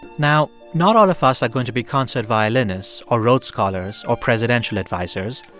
now, not all of us are going to be concert violinists or rhodes scholars or presidential advisers,